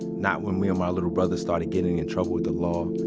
not when me and my little brother started getting in trouble with the law.